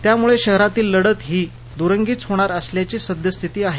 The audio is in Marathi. त्यामुळे शहरातील लढत ही दुरंगीच होणार असल्याची सद्यस्थिती आहे